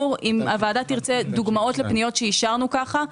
אם הוועדה תרצה דוגמאות לפניות שאישרנו כך,